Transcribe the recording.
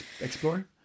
explore